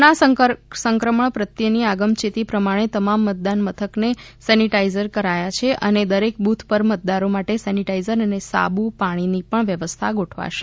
corona સંક્રમણ પ્રત્યેની અગમચેતી પ્રમાણે તમામ મતદાન મથકને સેનીટાઇઝ કરાયા છે અને દરેક બુથ પર મતદારી માટે સેનીટાઇઝર અને સાબુ પાણીની પણ વ્યવસ્થા ગોઠવાશે